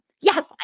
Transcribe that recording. Yes